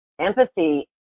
empathy